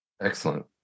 Excellent